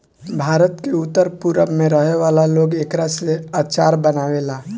भारत के उत्तर पूरब में रहे वाला लोग एकरा से अचार बनावेला